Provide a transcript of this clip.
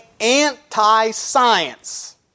anti-science